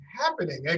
happening